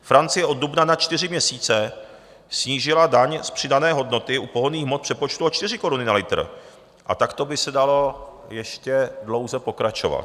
Francie od dubna na čtyři měsíce snížila daň z přidané hodnoty u pohonných hmot v přepočtu o 4 koruny na litr a takto by se dalo ještě dlouze pokračovat.